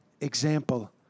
example